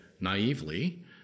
naively